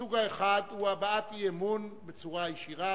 הסוג האחד הוא הבעת אי-אמון בצורה ישירה,